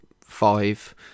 five